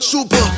Super